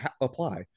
apply